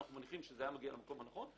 אנחנו מניחים שזה היה מגיע למקום הנכון.